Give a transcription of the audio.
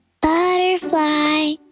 Butterfly